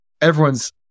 everyone's